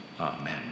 Amen